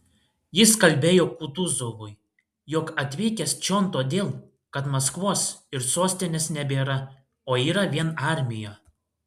jis kalbėjo kutuzovui jog atvykęs čion todėl kad maskvos ir sostinės nebėra o yra vien armija